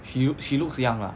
she looks she looks young lah